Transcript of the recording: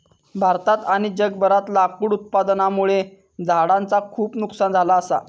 भारतात आणि जगभरातला लाकूड उत्पादनामुळे झाडांचा खूप नुकसान झाला असा